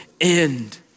end